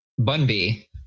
Bunby